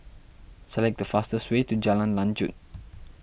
select the fastest way to Jalan Lanjut